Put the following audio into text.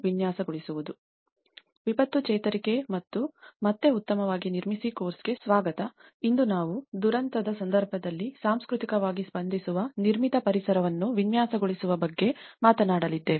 ವಿಪತ್ತು ಚೇತರಿಕೆ ಮತ್ತು ಮತ್ತೆ ಉತ್ತಮವಾಗಿ ನಿರ್ಮಿಸಿ ಕೋರ್ಸ್ಗೆ ಸ್ವಾಗತ ಇಂದು ನಾವು ದುರಂತದ ಸಂದರ್ಭದಲ್ಲಿ ಸಾಂಸ್ಕೃತಿಕವಾಗಿ ಸ್ಪಂದಿಸುವ ನಿರ್ಮಿತ ಪರಿಸರವನ್ನು ವಿನ್ಯಾಸಗೊಳಿಸುವ ಬಗ್ಗೆ ಮಾತನಾಡಲಿದ್ದೇವೆ